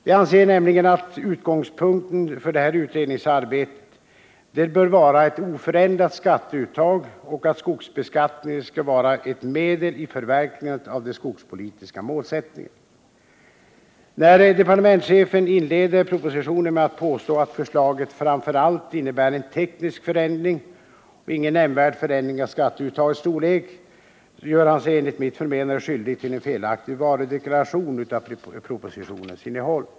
Vi anser att utgångspunkten för detta utredningsarbete bör vara ett oförändrat skatteuttag och att skogsbeskattningen skall vara ett medel för förverkligandet av de skogspolitiska målsättningarna. När departementschefen inleder propositionen med att påstå att förslaget framför allt innebär en teknisk förändring och ingen nämnvärd förändring av skatteuttagets storlek gör han sig enligt mitt förmenande skyldig till en felaktig varudeklaration av propositionens innehåll.